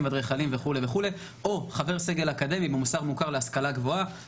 והאדריכלים וכולי או חבר סגל אקדמי במוסד מוכר להשכלה גבוהה